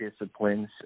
disciplines